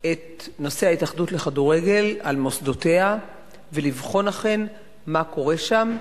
את נושא ההתאחדות לכדורגל על מוסדותיה ולבחון אכן מה קורה שם.